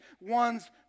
one's